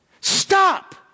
stop